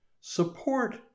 support